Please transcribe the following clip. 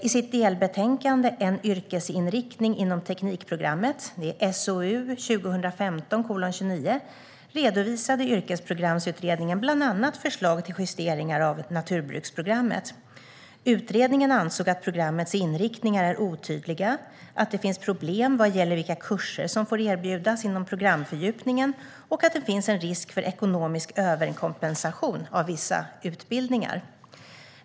I sitt delbetänkande En yrkesinriktning inom teknikprogrammet - SOU 2015:29 - redovisade Yrkesprogramsutredningen bland annat förslag till justeringar av naturbruksprogrammet. Utredningen ansåg att programmets inriktningar är otydliga, att det finns problem vad gäller vilka kurser som får erbjudas inom programfördjupningen och att det finns en risk för ekonomisk överkompensation för vissa utbildningar.